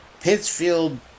pittsfield